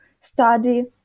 study